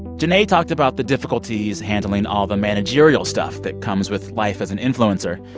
janea talked about the difficulties handling all the managerial stuff that comes with life as an influencer.